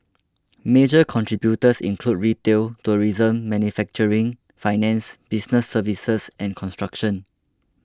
major contributors include retail tourism manufacturing finance business services and construction